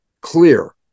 clear